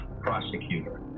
prosecutor